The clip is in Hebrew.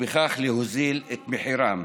ובכך להוריד את מחירם,